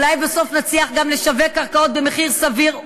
ואולי בסוף נצליח גם לשווק קרקעות במחיר סביר,